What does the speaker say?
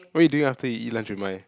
what you doing after you eat lunch with Mai